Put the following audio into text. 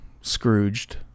Scrooged